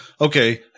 Okay